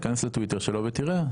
כנס לטוויטר שלו ותראה.